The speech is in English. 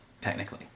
technically